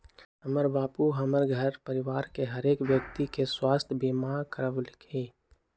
हमर बाबू हमर घर परिवार के हरेक व्यक्ति के स्वास्थ्य बीमा करबलखिन्ह